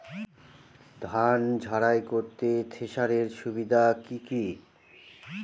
ধান ঝারাই করতে থেসারের সুবিধা কি কি?